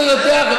לא,